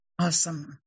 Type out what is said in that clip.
Awesome